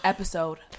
Episode